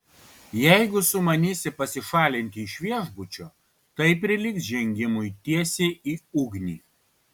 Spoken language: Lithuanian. jeigu sumanysi pasišalinti iš viešbučio tai prilygs žengimui tiesiai į ugnį